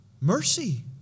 Mercy